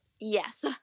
Yes